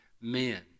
men